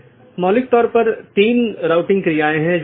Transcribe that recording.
इसलिए उन्हें सीधे जुड़े होने की आवश्यकता नहीं है